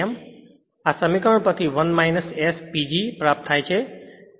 આ સમીકરણ પરથી પણ 1 S PG પ્રાપ્ત થાય છે